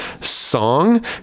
song